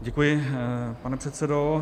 Děkuji, pane předsedo.